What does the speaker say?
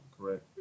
correct